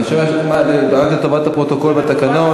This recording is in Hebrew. רק לטובת הפרוטוקול והתקנון,